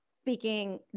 speaking